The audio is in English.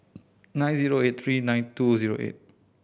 nine zero eight three nine two zero eight